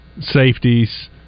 safeties